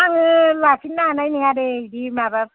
आङो लाफिननो हानाय नङा दे इदि माबा